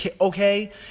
Okay